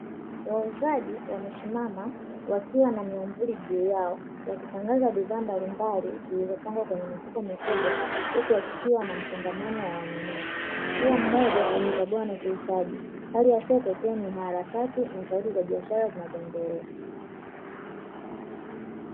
Wauzaji wamesimama wakiwa na miamvuli juu yao, wakitangaza bidhaa mbalimbali zilizopangwa kwenye mifuko mikubwa huku kukiwa na msongamano wa wanunuzi, kila mmoja akichagua anachohitaji, hali ya soko ukiwa ni harakati na sauti za biashara zinazoendelea.